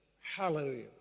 Hallelujah